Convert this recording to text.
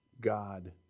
God